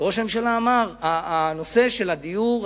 וראש הממשלה אמר: הנושא של הדיור,